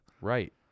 Right